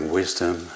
wisdom